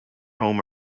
home